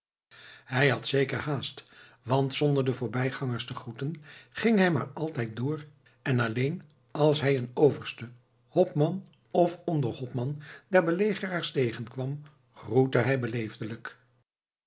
hij had zeker haast want zonder de voorbijgangers te groeten ging hij maar altijd door en alleen als hij een overste hopman of onderhopman der belegeraars tegenkwam groette hij